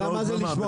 מה זה לשמור?